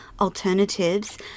alternatives